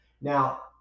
Now